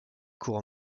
cour